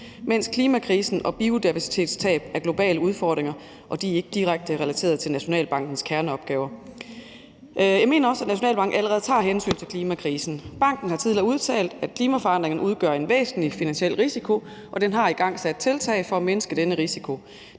mens klimakrisen og biodiversitetstab er globale udfordringer, og de er ikke direkte relateret til Nationalbankens kerneopgaver. Jeg mener også, at Nationalbanken allerede tager hensyn til klimakrisen. Banken har tidligere udtalt, at klimaforandringerne udgør en væsentlig finansiel risiko, og den har igangsat tiltag for at mindske denne risiko.